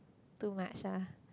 too much ah